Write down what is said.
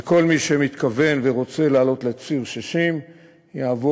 שכל מי שמתכוון ורוצה לעלות לציר 60 יעבור